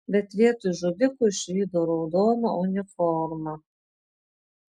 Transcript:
bet vietoj žudiko išvydau raudoną uniformą